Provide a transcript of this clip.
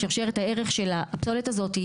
שרשרת הערך של הפסולת הזאת,